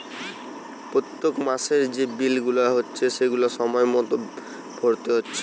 পোত্তেক মাসের যে বিল গুলা হচ্ছে সেগুলাকে সময় মতো ভোরতে হচ্ছে